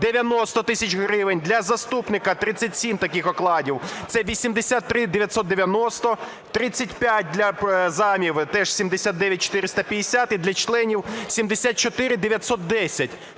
90 тисяч гривень; для заступника – 37 таких окладів, це 83990; 35 – для замів, теж 79450 і для членів – 74910.